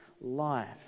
life